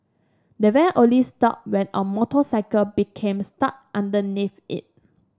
the van only stopped when a motorcycle became stuck underneath it